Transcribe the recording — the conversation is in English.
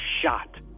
shot